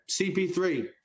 CP3